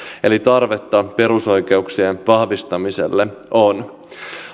eli tarvetta perusoikeuksien vahvistamiselle on